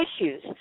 issues